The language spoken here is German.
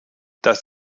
das